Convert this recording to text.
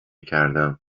کردم